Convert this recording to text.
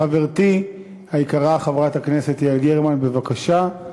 חברתי היקרה חברת הכנסת יעל גרמן, בבקשה.